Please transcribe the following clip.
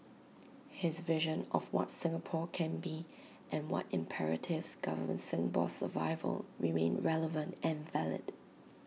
his vision of what Singapore can be and what imperatives govern Singapore's survival remain relevant and valid